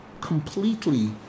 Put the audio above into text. completely